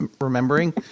remembering